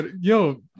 yo